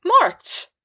marked